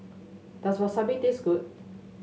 does Wasabi taste good